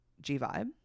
G-Vibe